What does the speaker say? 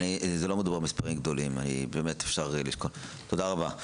לא מדובר במספרים גדולים, תודה רבה.